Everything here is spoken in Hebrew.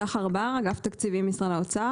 שמי שחר בר מאגף התקציבים במשרד האוצר,